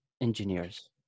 engineers